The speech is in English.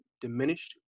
diminished